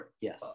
yes